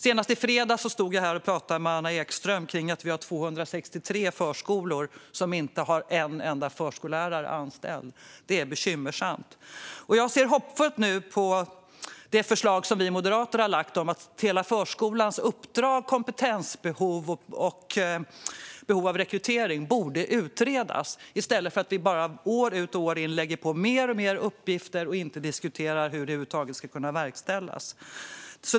Senast i fredags stod jag här och talade med Anna Ekström om att vi har 263 förskolor som inte har en enda förskollärare anställd. Det är bekymmersamt. Jag ser nu hoppfullt på det förslag som vi moderater har lagt fram om att hela förskolans uppdrag, kompetensbehov och behov av rekrytering borde utredas i stället för att vi bara år efter år lägger på mer uppgifter och inte diskuterar hur det över huvud taget ska kunna verkställas.